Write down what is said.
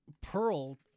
Pearl